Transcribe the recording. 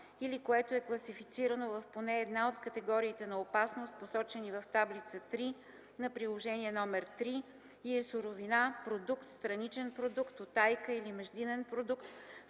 или което е класифицирано в поне една от категориите на опасност, посочени в таблица 3 на приложение № 3, и е суровина, продукт, страничен продукт, утайка или междинен продукт,